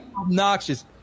obnoxious